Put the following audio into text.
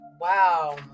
Wow